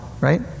right